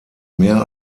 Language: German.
mehr